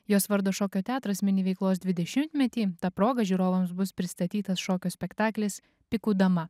jos vardo šokio teatras mini veiklos dvidešimtmetį ta proga žiūrovams bus pristatytas šokio spektaklis pikų dama